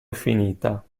infinita